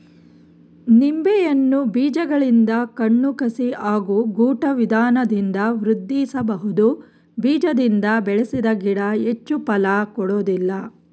ನಿಂಬೆಯನ್ನು ಬೀಜಗಳಿಂದ ಕಣ್ಣು ಕಸಿ ಹಾಗೂ ಗೂಟ ವಿಧಾನದಿಂದ ವೃದ್ಧಿಸಬಹುದು ಬೀಜದಿಂದ ಬೆಳೆಸಿದ ಗಿಡ ಹೆಚ್ಚು ಫಲ ಕೊಡೋದಿಲ್ಲ